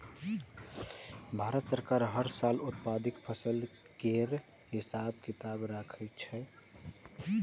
भारत सरकार हर साल उत्पादित फसल केर हिसाब किताब राखै छै